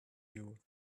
you